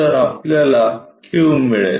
तर आपल्याला Q मिळेल